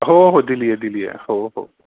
हो हो दिली आहे दिली आहे हो हो